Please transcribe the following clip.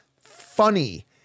funny